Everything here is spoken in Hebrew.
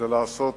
לעשות